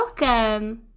welcome